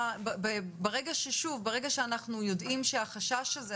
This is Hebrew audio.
ברגע שאנחנו יודעים שהחשש הזה,